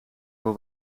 voor